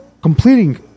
Completing